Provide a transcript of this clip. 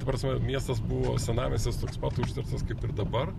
ta prasme miestas buvo senamiestis toks pat užterštas kaip ir dabar